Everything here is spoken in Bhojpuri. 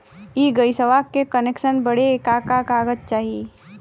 इ गइसवा के कनेक्सन बड़े का का कागज चाही?